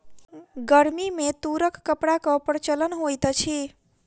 गर्मी में तूरक कपड़ा के प्रचलन होइत अछि